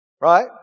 Right